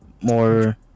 More